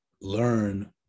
learn